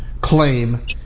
claim